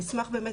נשמח באמת,